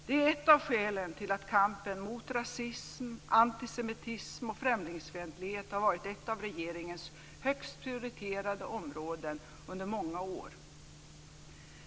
Det är ett av skälen till att kampen mot rasism, antisemitism och främlingsfientlighet har varit ett av regeringens högst prioriterade områden under många år.